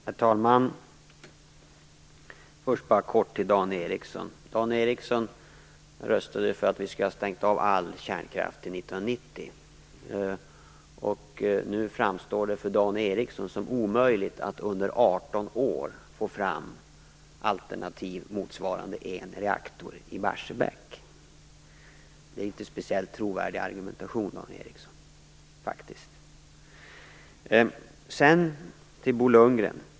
Herr talman! Först vill jag bara göra en kort kommentar till Dan Ericsson. Dan Ericsson röstade för att vi skulle ha stängt av all kärnkraft till 1990. Nu framstår det för Dan Ericsson som omöjligt att under 18 år få fram alternativ motsvarande en reaktor i Barsebäck. Det är faktiskt inte en speciellt trovärdig argumentation, Dan Ericsson. Sedan vänder jag mig till Bo Lundgren.